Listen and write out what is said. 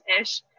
ish